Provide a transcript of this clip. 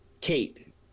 Kate